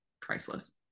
priceless